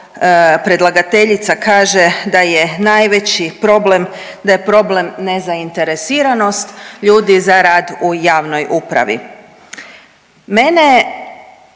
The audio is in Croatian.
predlagateljica kaže da je najveći problem, da je problem nezainteresiranost ljudi za rad u javnoj upravi. Mene